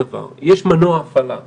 כרגע הוא לא מופיע פה במספרים שרואים,